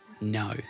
no